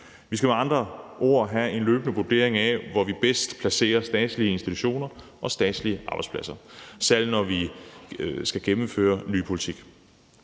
Vi skal med andre ord have en løbende vurdering af, hvor vi bedst placerer statslige institutioner og statslige arbejdspladser, særlig når vi skal gennemføre ny politik.